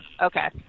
Okay